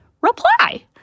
reply